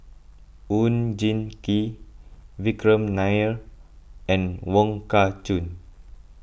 Oon Jin Gee Vikram Nair and Wong Kah Chun